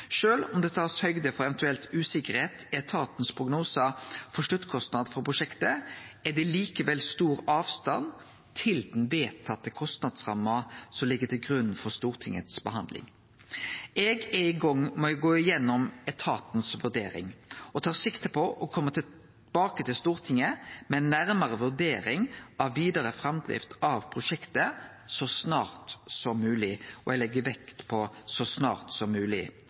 om ein tar høgd for eventuell usikkerheit i etatens prognose for sluttkostnad for prosjektet, er det likevel stor avstand til den vedtatte kostnadsramma som ligg til grunn for Stortingets behandling. Eg er i gang med å gå igjennom etatens vurdering og tar sikte på å kome tilbake til Stortinget med ei nærmare vurdering av vidare framdrift av prosjektet så snart som mogleg – og eg legg vekt på så snart som